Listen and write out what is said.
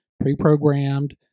pre-programmed